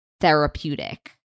therapeutic